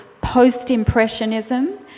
post-impressionism